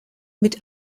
mit